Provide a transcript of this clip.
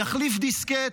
יחליף דיסקט.